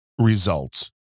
results